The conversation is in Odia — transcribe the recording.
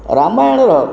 ରାମାୟଣର